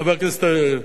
חבר הכנסת אלדד.